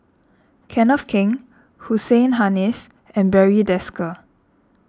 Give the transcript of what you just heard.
Kenneth Keng Hussein Haniff and Barry Desker